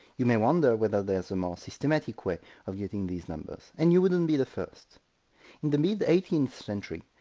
you may wonder whether there is a more systematic way of getting these numbers, and you wouldn't be the first in the mid-eighteenth century,